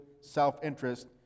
self-interest